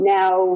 now